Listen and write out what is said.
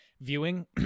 viewing